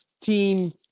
team